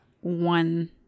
one